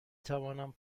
توانم